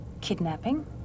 Kidnapping